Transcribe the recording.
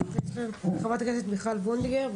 חברת הכנסת מיכל וולדיגר,